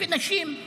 ונשים,